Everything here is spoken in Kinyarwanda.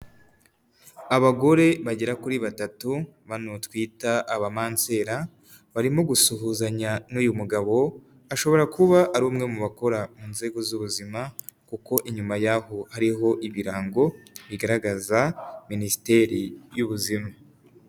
Abagore bagera kuri batatu bano twita abamansera, barimo gusuhuzanya n'uyu mugabo ashobora kuba ari umwe mu bakora mu nzego z'ubuzima, kuko inyuma yaho hariho ibirango bigaragaza minisiteri y'ubuzima.